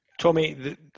Tommy